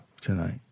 tonight